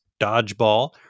Dodgeball